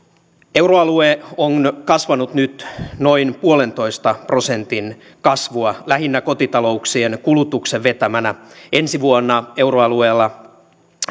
euroalue on kasvanut nyt noin yhden pilkku viiden prosentin kasvua lähinnä kotitalouksien kulutuksen vetämänä ensi vuonna euroalueella